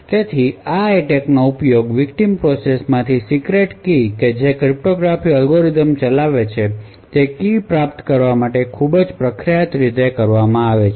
તેથી આ એટેક નો ઉપયોગ વિકટીમ પ્રોસેસ માંથી સીક્રેટ કી કે જે ક્રિપ્ટોગ્રાફિક અલ્ગોરિધમ ચલાવે છે તે કી પ્રાપ્ત કરવા માટે ખૂબ પ્રખ્યાત રીતે કરવામાં આવે છે